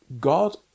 God